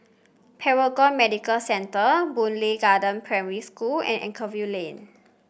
Paragon Medical Centre Boon Lay Garden Primary School and Anchorvale Lane